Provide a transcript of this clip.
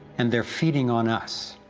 and they're feeding on us.